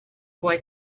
boy